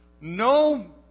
No